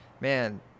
man